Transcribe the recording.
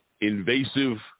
invasive